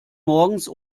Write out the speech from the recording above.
morgens